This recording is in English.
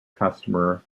customer